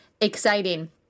exciting